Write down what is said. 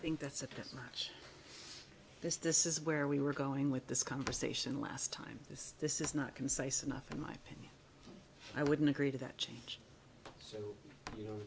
think that's a much this this is where we were going with this conversation last time this this is not concise enough in my opinion i wouldn't agree to that change so you know